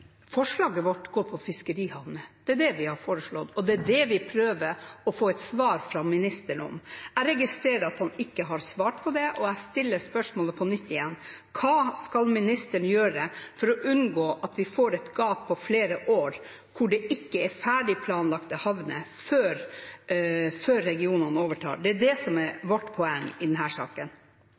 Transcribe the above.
Forslaget vårt dreier seg om fiskerihavner, og det er det vi prøver å få et svar på fra ministeren. Jeg registrerer at han ikke har svart, og jeg stiller spørsmålet på nytt: Hva skal ministeren gjøre for å unngå at vi får et gap på flere år hvor det ikke er ferdig planlagte havner før regionene overtar? Det er det som er vårt poeng i denne saken.